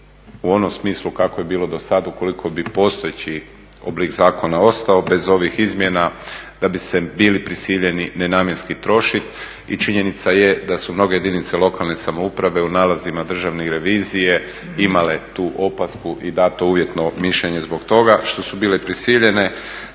u onom smislu kako je bilo do sada, ukoliko bi postojeći oblik zakona ostao, bez ovih izmjena, da bi se bili prisiljeni nenamjenski trošiti i činjenica je da su mnoge jedinice lokalne samouprave u nalazima državne revizije imale tu opasku i dato uvjetno mišljenje zbog toga što su bile prisiljene